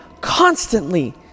constantly